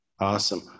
Awesome